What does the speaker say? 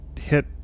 hit